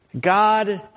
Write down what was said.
God